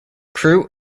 crew